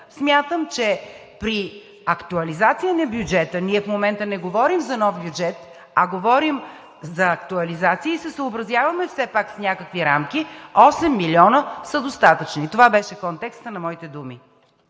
смятам, че при актуализация на бюджета, ние в момента не говорим за нов бюджет, а говорим за актуализация и се съобразяваме все пак с някакви рамки – 8 милиона са достатъчни. Това беше контекстът на моите думи.